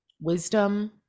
wisdom